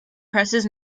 presses